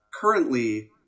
Currently